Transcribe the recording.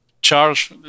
charge